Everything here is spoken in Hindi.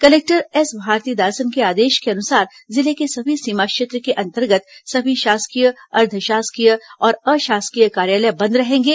कलेक्टर एस भारतीदासन के आदेश के अनुसार जिले के सभी सीमा क्षेत्र के अंतर्गत सभी शासकीय अर्द्व शासकीय और अशासकीय कार्यालय बंद रहेंगे